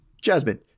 Jasmine